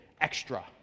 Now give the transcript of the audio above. extra